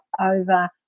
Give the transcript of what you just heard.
over